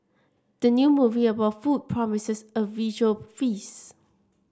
the new movie about food promises a visual feast